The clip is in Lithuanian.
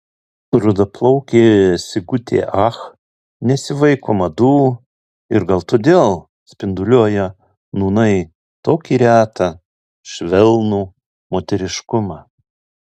rudaplaukė sigutė ach nesivaiko madų ir gal todėl spinduliuoja nūnai tokį retą švelnų moteriškumą